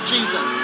Jesus